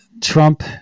Trump